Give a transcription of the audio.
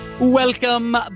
Welcome